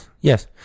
Yes